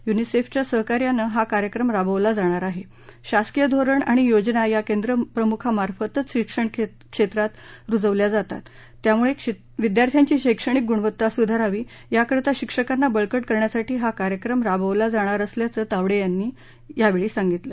युनिसर्विया सहकार्यानं हा कार्यक्रम राबवला जाणार आहश्विसकीय धोरण आणि योजना या केंद्रप्रमुखांमार्फतच शिक्षण क्षद्वित रुजवल्या जातात त्यामुळ सिद्यार्थ्यांची शैक्षणिक गुणवत्ता सुधारावी या करता शिक्षकांना बळकट करण्यासाठी हा कार्यक्रम राबवला जाणार असल्याचं तावड्यिंनी यावछी सांगितलं